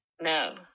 No